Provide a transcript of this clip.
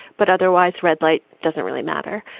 but otherwise red light doesn't really matter.